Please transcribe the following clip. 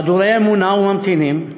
חדורי אמונה וממתינים.